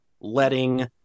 letting